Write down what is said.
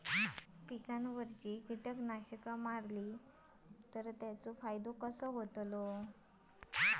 पिकांक कीटकनाशका मारली तर कसो फायदो होतलो?